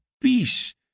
peace